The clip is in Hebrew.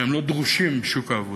שהם לא דרושים בשוק העבודה.